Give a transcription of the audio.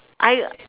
I